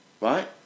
right